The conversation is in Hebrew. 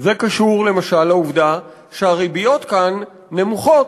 זה קשור, למשל, לעובדה שהריביות כאן נמוכות.